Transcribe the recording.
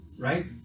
right